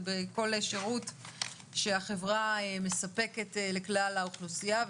ובכל אפשרות שהחברה מספקת לכלל האוכלוסייה,